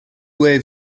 wave